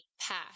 path